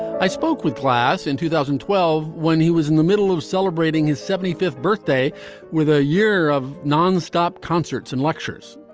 i spoke with class in two thousand and twelve when he was in the middle of celebrating his seventy fifth birthday with a year of nonstop concerts and lectures.